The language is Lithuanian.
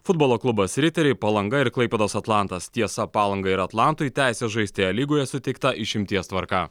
futbolo klubas riteriai palanga ir klaipėdos atlantas tiesa palangai ir atlantui teisę žaisti lygoje suteikta išimties tvarka